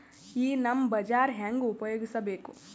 ಈ ನಮ್ ಬಜಾರ ಹೆಂಗ ಉಪಯೋಗಿಸಬೇಕು?